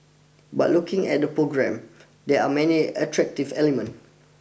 but looking at the programme there are many attractive element